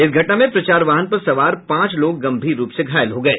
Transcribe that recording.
इस घटना में प्रचार वाहन पर सवार पांच लोग गंभीर रूप से घायल हो गये